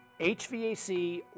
HVAC